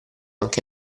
anche